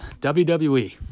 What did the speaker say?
WWE